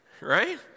Right